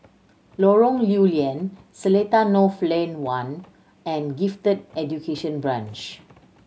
Lorong Lew Lian Seletar North Lane One and Gifted Education Branch